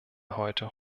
heute